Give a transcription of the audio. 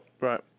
Right